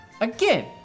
Again